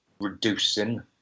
reducing